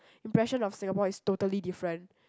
impression of Singapore is totally different